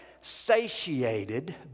satiated